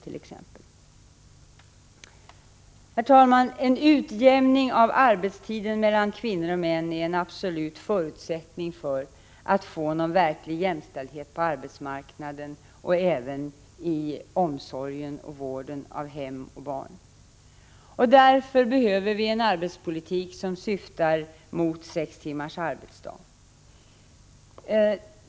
Herr talman! En utjämning av arbetstiden mellan kvinnor och män är en absolut förutsättning för att det skall bli någon verklig jämställdhet på arbetsmarknaden och även i fråga om omsorgen om och vården av hem och barn. Därför behöver vi en arbetstidspolitik som syftar till sex timmars arbetsdag.